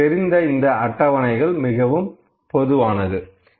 நமக்கு தெரிந்த இந்த அட்டவணைகள் மிகவும் பொதுவானது